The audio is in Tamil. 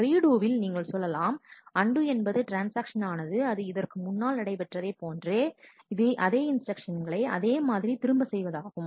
ரீடு வில் நீங்கள் சொல்லலாம் அண்டு என்பது ட்ரான்ஸ்ஆக்ஷன் ஆனது அது இதற்கு முன்னால் நடைபெற்றதைப் போன்று அதே இன்ஸ்டிரக்ஷன் களை அதே மாதிரி திரும்ப செய்வதாகும்